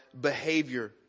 behavior